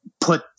put